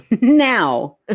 now